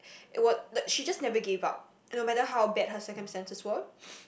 it was like she just never gave up and no matter how bad her circumstances were